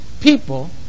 people